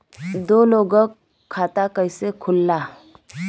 दो लोगक खाता कइसे खुल्ला?